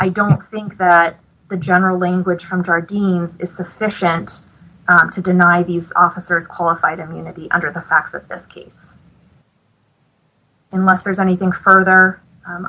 i don't think that the general language from dr deans is sufficient to deny these officers qualified immunity under the facts of this case unless there's anything further